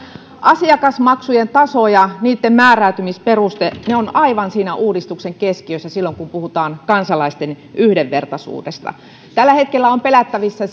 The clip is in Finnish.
asiakasmaksujen taso ja määräytymisperusteet ovat aivan siinä uudistuksen keskiössä silloin kun puhutaan kansalaisten yhdenvertaisuudesta tällä hetkellä on pelättävissä